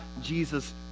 Jesus